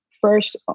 first